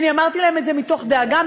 אמרתי להם את זה מתוך דאגה,